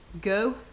Go